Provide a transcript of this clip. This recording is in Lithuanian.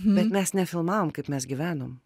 bet mes nefilmavom kaip mes gyvenom